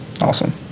awesome